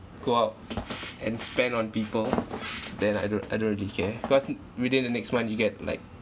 go out and spend on people then I don't I don't really care cause n~ within the next month you get like